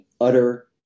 utter